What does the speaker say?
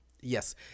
yes